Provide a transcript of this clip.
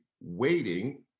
waiting